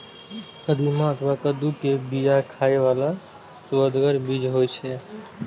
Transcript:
कदीमा अथवा कद्दू के बिया खाइ बला सुअदगर बीज होइ छै